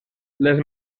les